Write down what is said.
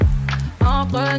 Entre